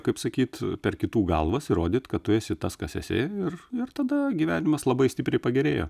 kaip sakyt per kitų galvas įrodyt kad tu esi tas kas esi ir ir tada gyvenimas labai stipriai pagerėjo